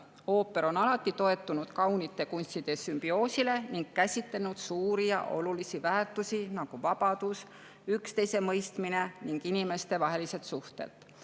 Ooper on alati toetunud kaunite kunstide sümbioosile ning käsitlenud suuri ja olulisi väärtusi nagu vabadus, üksteisemõistmine ning inimestevahelised suhted.